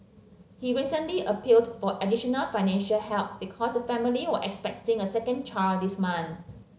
he recently appealed for additional financial help because the family was expecting a second child this month